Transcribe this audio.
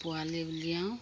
পোৱালি উলিয়াও